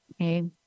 Okay